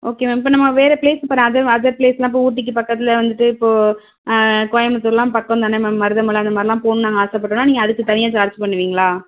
okay ma'am இப்போ நம்ம வேறு ப்ளேஸ் இப்போ நான் அதர் அதர் ப்ளேஸ்லாம் இப்போ ஊட்டிக்கு பக்கத்தில் வந்துவிட்டு இப்போ கோயமுத்தூர்லாம் பக்கம் தானே மேம் மருதமலை அந்த மாதிரிலாம் போன் நாங்கள் ஆசைப்பட்டோனா நீங்கள் அதுக்கு தனியாக சார்ஜ் பண்ணுவிங்களா